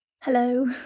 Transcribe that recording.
Hello